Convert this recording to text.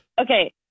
Okay